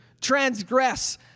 transgress